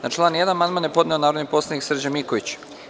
Na član 1. amandman je podneo narodni poslanik Srđan Miković.